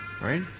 right